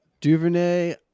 Duvernay